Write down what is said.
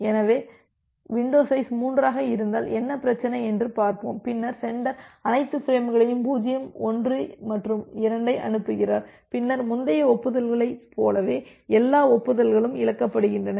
எனவே எனது window size 3 ஆக இருந்தால் என்ன பிரச்சினை என்று பார்ப்போம் பின்னர் சென்டர் அனைத்து பிரேம்களையும் 0 1 மற்றும் 2 ஐ அனுப்புகிறார் பின்னர் முந்தைய ஒப்புதல்களைப் போலவே எல்லா ஒப்புதல்களும் இழக்கப்படுகின்றன